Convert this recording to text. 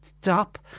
stop